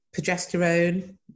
progesterone